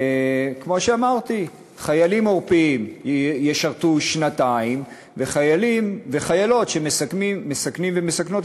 כמו שאמרתי: חיילים עורפיים ישרתו שנתיים וחיילים וחיילות שמסכנים ומסכנות